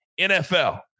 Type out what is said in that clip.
NFL